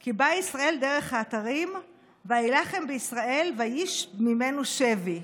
כי בא ישראל דרך האתרים וילחם בישראל ויִּשב ממנו שבי".